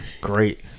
great